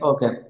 Okay